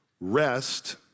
rest